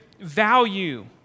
value